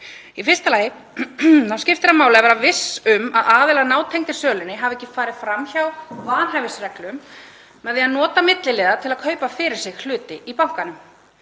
Í fyrsta lagi skiptir máli að vera viss um að aðilar nátengdir sölunni hafi ekki farið fram hjá vanhæfisreglum með því að nota milliliði til að kaupa fyrir sig hluti í bankanum.